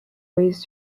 ways